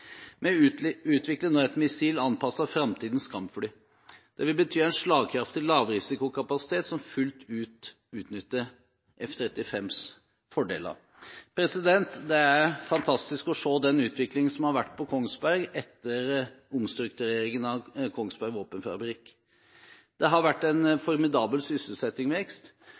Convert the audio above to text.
løsninger. Vi utvikler nå et missil anpasset framtidens kampfly. Det vil bety en slagkraftig lavrisikokapasitet som fullt ut utnytter F-35s fordeler. Det er fantastisk å se den utvikling som har vært på Kongsberg etter omstruktureringen av Kongsberg Våpenfabrikk. Det har vært en formidabel sysselsettingsvekst,